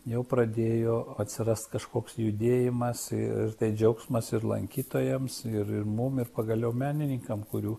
jau pradėjo atsirast kažkoks judėjimas ir džiaugsmas ir lankytojams ir ir mum ir pagaliau menininkam kurių